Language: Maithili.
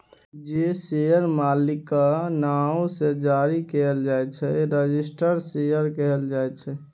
जे शेयर मालिकक नाओ सँ जारी कएल जाइ छै रजिस्टर्ड शेयर कहल जाइ छै